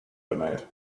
tonight